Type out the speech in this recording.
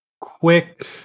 quick